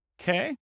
okay